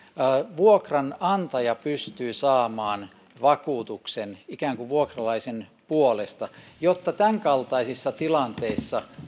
vuokranantaja pystyy saamaan vakuutuksen ikään kuin vuokralaisen puolesta jotta tämänkaltaisissa tilanteissa